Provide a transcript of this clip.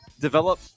develop